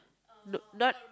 no not